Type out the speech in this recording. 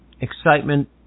excitement